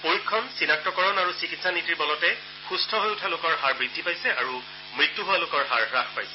পৰীক্ষণ চিনাক্তকৰণ আৰু চিকিৎসা নীতিৰ বলতে সুস্থ হৈ উঠা লোকৰ হাৰ বৃদ্ধি পাইছে আৰু মৃত্যু হোৱা লোকৰ হাৰ হাস পাইছে